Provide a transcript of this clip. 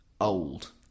old